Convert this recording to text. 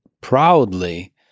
proudly